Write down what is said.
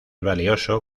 valioso